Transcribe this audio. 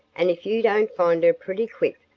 and, if you don't find her pretty quick,